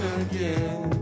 again